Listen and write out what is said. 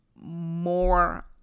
more